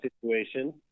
situation